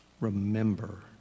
Remember